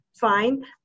fine